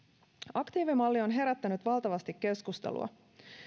aktiivimalli on herättänyt valtavasti keskustelua